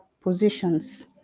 positions